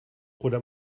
oder